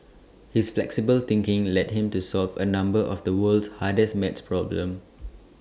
his flexible thinking led him to solve A number of the world's hardest math problems